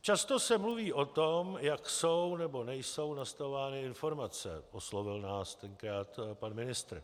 Často se mluví o tom, jak jsou nebo nejsou nastavovány informace, oslovil nás tenkrát pan ministr.